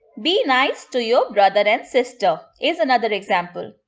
be nice to your brother and sister. is another example.